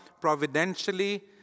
providentially